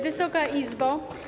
Wysoka Izbo!